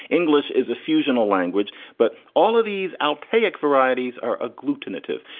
english is a fusional language, but all of these altec varieties are agglutinative.